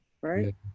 right